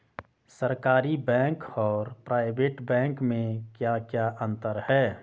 सरकारी बैंक और private bank में क्या क्या अंतर हैं?